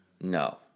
No